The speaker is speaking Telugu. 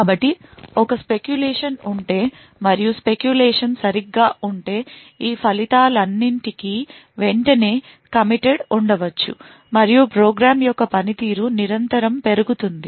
కాబట్టి ఒక స్పెక్యులేషన్ ఉంటే మరియు స్పెక్యులేషన్ సరిగ్గా ఉంటే ఈ ఫలితాలన్నింటికీ వెంటనే committed ఉండవచ్చు మరియు ప్రోగ్రామ్ యొక్క పనితీరు నిరంతరం పెరుగుతుంది